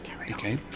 Okay